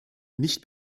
nicht